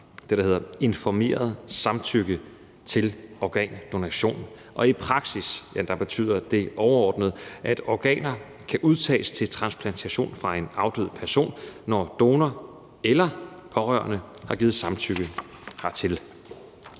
der hedder informeret samtykke til organdonation, og det betyder i praksis overordnet, at organer kan udtages til transplantation fra en afdød person, når donor eller pårørende har givet samtykke hertil.